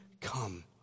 come